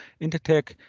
Intertech